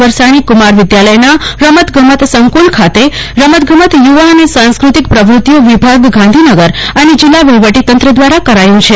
વરસાણી કુમાર વિદ્યાલયના રમત ગમત સંકુલ ખાતે રમતગમત યુવા અને સાંસ્ક્રતિક પ્રવ્રતિઓ વિભા ગ ગાંધીનગર અને જિલ્લા વહીવટી તંત્ર દવારા કરાયું છે